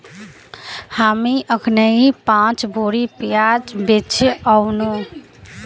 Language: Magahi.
हामी अखनइ पांच बोरी प्याज बेचे व नु